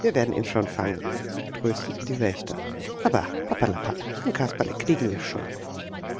wir werden ihn schon fangen trösteten die wächter ah bah papperlapapp ein kasperle kriegen wir schon